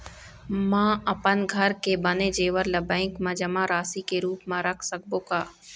म अपन घर के बने जेवर ला बैंक म जमा राशि के रूप म रख सकबो का?